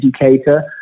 educator